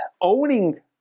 owning